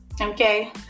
okay